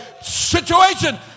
situation